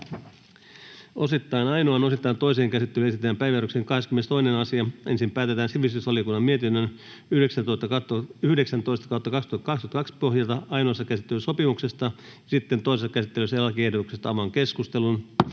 Osittain ainoaan, osittain toiseen käsittelyyn esitellään päiväjärjestyksen 22. asia. Ensin päätetään sivistysvaliokunnan mietinnön SiVM 19/2022 vp pohjalta ainoassa käsittelyssä sopimuksesta ja sitten toisessa käsittelyssä lakiehdotuksesta. Toiseen käsittelyyn